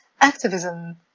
activism